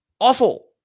Awful